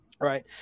Right